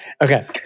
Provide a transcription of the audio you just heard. Okay